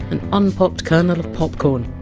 an unpopped kernal of popcorn.